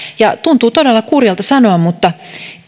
tuntuu todella kurjalta sanoa mutta